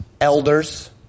elders